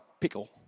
pickle